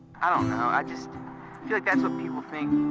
i don't know. i just feel like that's what